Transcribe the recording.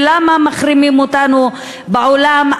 ולמה מחרימים אותנו בעולם,